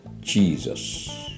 Jesus